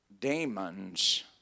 demons